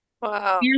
Wow